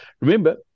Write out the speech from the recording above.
remember